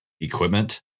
equipment